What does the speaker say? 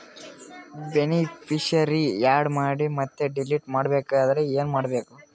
Beneficiary, add ಮಾಡಿ ಮತ್ತೆ delete ಮಾಡಬೇಕೆಂದರೆ ಏನ್ ಮಾಡಬೇಕು?